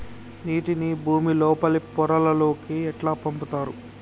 నీటిని భుమి లోపలి పొరలలోకి ఎట్లా పంపుతరు?